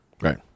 right